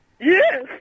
Yes